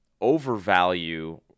overvalue